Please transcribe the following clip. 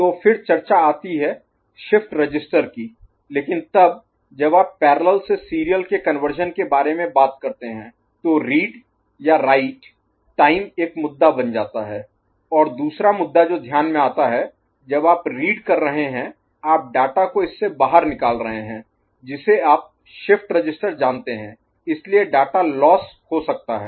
तो फिर चर्चा आती है शिफ्ट रजिस्टर की लेकिन तब जब आप पैरेलल से सीरियल के कन्वर्शन के बारे में बात करते हैं तो रीड या राइट टाइम एक मुद्दा बन जाता है और दूसरा मुद्दा जो ध्यान में आता है जब आप रीड कर रहे हैं आप डाटा को इससे बाहर निकाल रहे हैं जिसे आप शिफ्ट रजिस्टर जानते हैं इसलिए डाटा लोस्स Loss खो हो सकता है